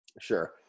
Sure